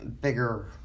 bigger